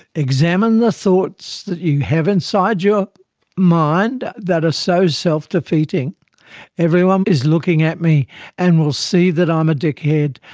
examine the thoughts that you have inside your mind that are so self-defeating everyone is looking at me and will see that i'm um a dickhead,